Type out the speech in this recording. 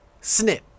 snip